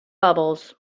bubbles